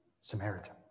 Samaritan